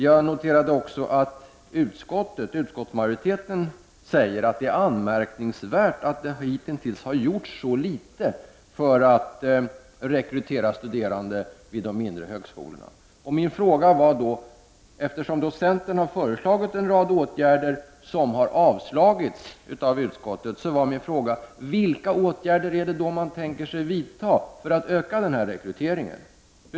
Jag noterar också att utskottsmajoriteten säger att det är anmärkningsvärt att det hitintills har gjorts så litet för att rekrytera studerande till de mindre högskolorna. Eftersom centern har föreslagit en rad åtgärder som har avstyrkts av utskottet blir min fråga: Vilka åtgärder tänker man vidta för att öka den här rekryteringen?